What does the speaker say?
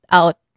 out